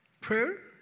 Prayer